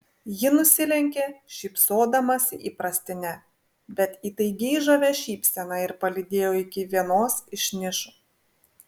ji nusilenkė šypsodamasi įprastine bet įtaigiai žavia šypsena ir palydėjo iki vienos iš nišų